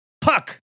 Puck